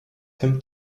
him